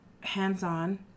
hands-on